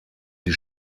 die